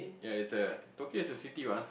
ya it's a Tokyo is a city ma